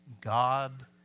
God